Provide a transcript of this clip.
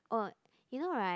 oh you know right